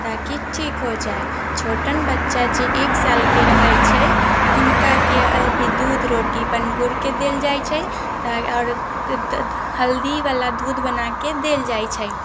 ताकि ठीक हो जाय छोटन बच्चा छै एक सालके रहैत छै हुनका के अथी दूध रोटी बन गूड़ि कऽ देल जाइत छै आओर हल्दीवला दूध बना कऽ देल जाइत छै